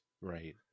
Right